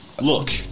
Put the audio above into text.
Look